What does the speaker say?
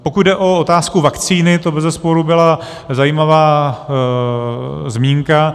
Pokud jde o otázku vakcíny, to bezesporu byla zajímavá zmínka.